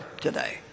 today